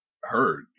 heard